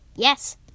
Yes